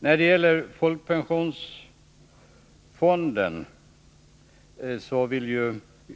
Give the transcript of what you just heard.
När det gäller folkpensioneringsfonden vill